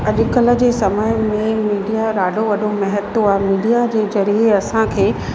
अॼुकल्ह जे समय में मीडिया जो ॾाढो वॾो महत्व आहे मीडिया ज़रिये असांखे